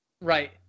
Right